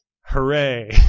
Hooray